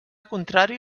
contrari